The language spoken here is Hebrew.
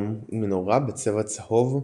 אדום עם מנורה בצבע צהוב,